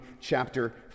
chapter